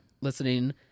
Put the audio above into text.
listening